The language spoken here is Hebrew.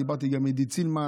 דיברתי גם עם עידית סילמן,